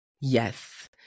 yes